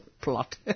plot